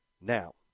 Now